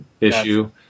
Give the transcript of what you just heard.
issue